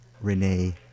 Renee